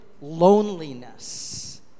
loneliness